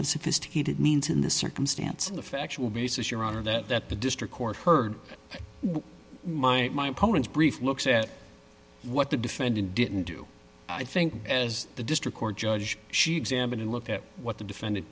of sophisticated means in this circumstance the factual basis your honor that that the district court heard my opponent's brief looks at what the defendant didn't do i think as the district court judge she examined and look at what the defendant